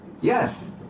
Yes